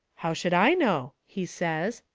how should i know? he says.